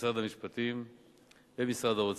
משרד המשפטים ומשרד האוצר.